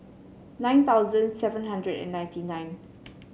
nine thousand seven hundred and ninety nine